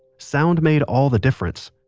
sound made all the difference.